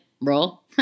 Roll